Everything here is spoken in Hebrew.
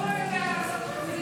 תגני את חמאס.